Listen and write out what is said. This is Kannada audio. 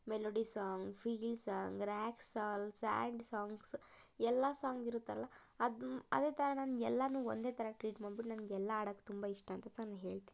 melody song feel song rap song sad songs ಎಲ್ಲ ಸಾಂಗ್ ಇರುತ್ತಲ್ಲ ಅದು ಅದೇ ಥರ ನಾನು ಎಲ್ಲಾನೂ ಒಂದೇ ಥರ ಟ್ರೀಟ್ ಮಾಡ್ಬಿಟ್ಟು ನನಗೆಲ್ಲ ಹಾಡಕ್ಕೆ ತುಂಬ ಇಷ್ಟ ಅಂತ ಸಹ ನಾನು ಹೇಳ್ತೀನಿ